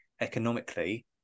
Economically